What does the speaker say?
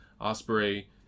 osprey